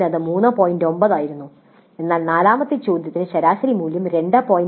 9 ആയിരുന്നു എന്നാൽ നാലാമത്തെ ചോദ്യത്തിന് ശരാശരി മൂല്യം 2